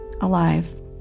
alive